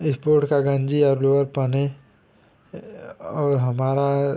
sport की गन्जी और लोअर पहनें और हमारा